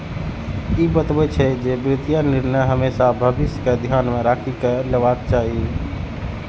ई बतबै छै, जे वित्तीय निर्णय हमेशा भविष्य कें ध्यान मे राखि कें लेबाक चाही